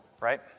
right